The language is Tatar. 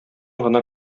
гына